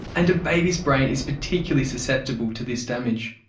and a baby's brain is particularly susceptible to this damage.